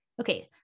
Okay